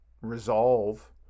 resolve